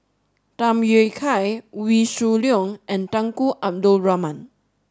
Tham Yui Kai Wee Shoo Leong and Tunku Abdul Rahman